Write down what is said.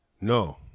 No